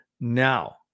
Now